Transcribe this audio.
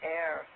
air